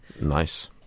nice